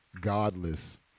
godless